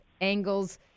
angles